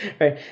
right